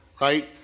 right